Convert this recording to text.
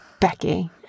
Becky